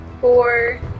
four